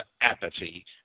apathy